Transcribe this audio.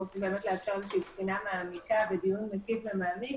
אנחנו רוצים לאפשר בחינה מעמיקה ודיון מקיף ומעמיק.